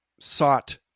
sought